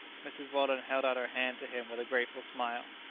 mrs. weldon held out her hand to him with a grateful smile.